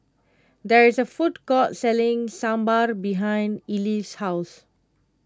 there is a food court selling Sambar behind Ellie's house